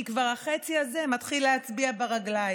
כי החצי הזה כבר מתחיל להצביע ברגליים.